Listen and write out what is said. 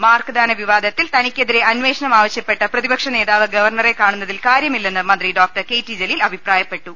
മാർക്ക്ദാന വിവാദത്തിൽ തനിക്കെതിരെ അന്വേഷണം ആവ ശ്യപ്പെട്ട് പ്രതിപക്ഷ നേതാവ് ഗവർണറെ കാണുന്നതിൽ കാര്യമി ല്ലെന്ന് മന്ത്രി ഡോ കെ ടി ജലീൽ അഭിപ്രായപ്പെട്ടു